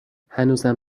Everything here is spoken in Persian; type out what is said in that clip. هنوزم